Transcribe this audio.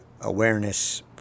awareness